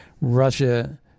Russia